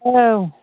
औ